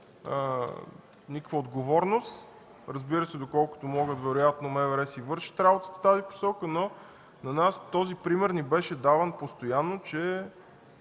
никаква отговорност. Разбира се, доколкото може, вероятно МВР си вършат работата в тази посока. На нас този пример ни беше даван постоянно –